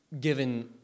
given